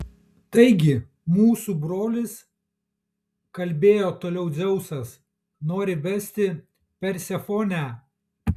taigi mūsų brolis kalbėjo toliau dzeusas nori vesti persefonę